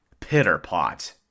Pitterpot